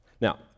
Now